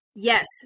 Yes